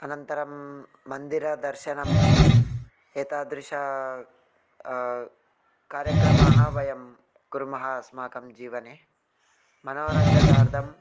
अनन्तरं मन्दिरदर्शनं एतादृश कार्यक्रमाः वयं कुर्मः अस्माकं जीवने मनोरञ्जनार्थं